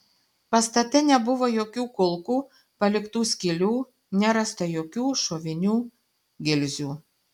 pastate nebuvo jokių kulkų paliktų skylių nerasta jokių šovinių gilzių